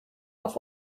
auf